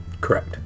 correct